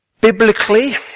biblically